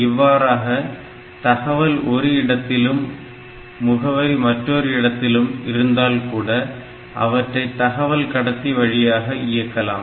இவ்வாறாக தகவல் ஒரு இடத்திலும் முகவரி மற்றொரு இடத்திலும் இருந்தால்கூட அவற்றை தகவல் கடத்தி வழியாக இயக்கலாம்